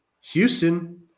Houston